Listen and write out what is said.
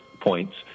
points